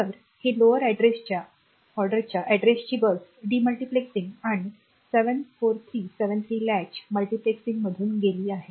तर हे लोअर ऑर्डरच्या अॅड्रेसची बस डी मल्टिप्लेक्सिंग आणि 74373 लॅच मल्टीप्लेक्सिंगमधून गेली आहे